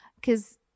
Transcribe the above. because-